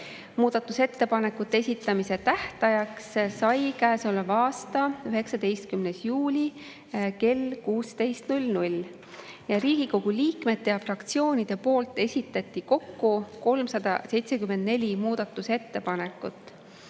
Muudatusettepanekute esitamise tähtajaks sai käesoleva aasta 19. juuli kell 16.00. Riigikogu liikmed ja fraktsioonid esitasid kokku 374 muudatusettepanekut: